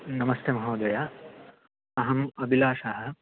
नमस्ते महोदय अहम् अभिलाषः